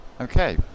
Okay